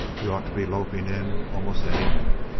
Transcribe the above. he ought to be loping in almost any minute.